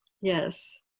yes